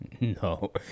No